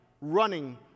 running